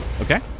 Okay